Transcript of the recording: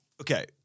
Okay